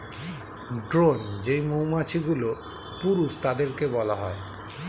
drone যেই মৌমাছিগুলো, পুরুষ তাদেরকে বলা হয়